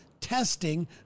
testing